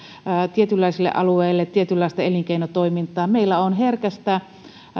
tietynlaisille alueille tietynlaista elinkeinotoimintaa meillä on herkästä